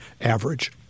average